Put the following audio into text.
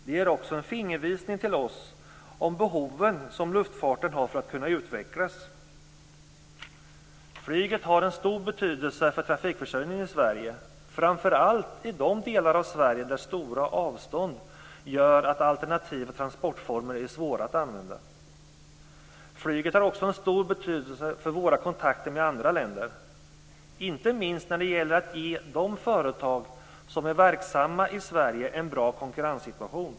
Det ger också en fingervisning till oss om behoven som luftfarten har för att kunna utvecklas. Flyget har en stor betydelse för trafikförsörjningen i Sverige, framför allt i de delar av Sverige där stora avstånd gör att alternativa transportformer är svåra att använda. Flyget har också en stor betydelse för våra kontakter med andra länder, inte minst när det gäller att ge de företag som är verksamma i Sverige en bra konkurrenssituation.